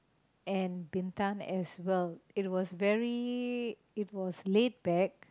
and Bintan as well it was very it was laid back